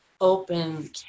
open